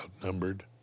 outnumbered